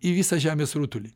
į visą žemės rutulį